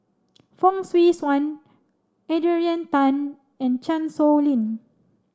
Fong Swee Suan Adrian Tan and Chan Sow Lin